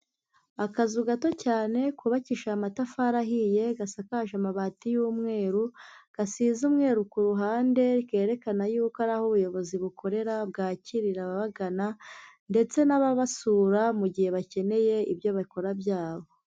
Akazu gato cyane kubakishije amatafari ahiye, gasakaje amabati y'umweru, gasize umweru ku ruhande, kerekana yuko ari aho ubuyobozi bukorera bwakirira ababagana ndetse n'ababasura mu gihe bakeneye ibyo bakora byabo.